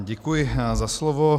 Děkuji za slovo.